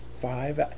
five